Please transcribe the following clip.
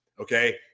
Okay